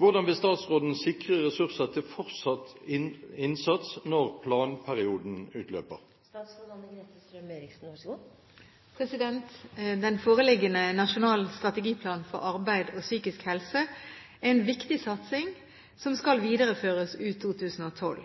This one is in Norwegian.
Hvordan vil statsråden sikre ressurser til fortsatt innsats når planperioden utløper?» Den foreliggende Nasjonal strategiplan for arbeid og psykisk helse er en viktig satsing som skal videreføres ut 2012.